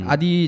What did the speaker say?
Adi